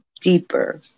deeper